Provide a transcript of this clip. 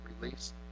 release